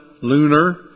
lunar